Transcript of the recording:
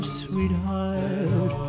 sweetheart